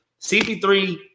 CP3